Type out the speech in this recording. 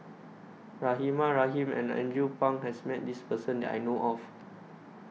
Rahimah Rahim and Andrew Phang has Met This Person that I know of